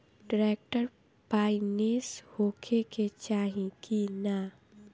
Tractor finance होखे के चाही कि ना?